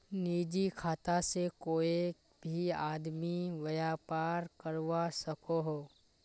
निजी खाता से कोए भी आदमी व्यापार करवा सकोहो